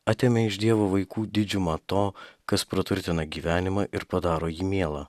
atėmė iš dievo vaikų didžiumą to kas praturtina gyvenimą ir padaro jį mielą